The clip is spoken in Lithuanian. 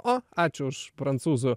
o ačiū už prancūzų